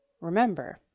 Remember